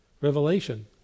Revelation